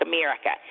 America